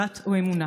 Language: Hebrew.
דת או אמונה.